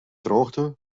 droogte